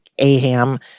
AHAM